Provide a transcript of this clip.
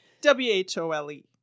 w-h-o-l-e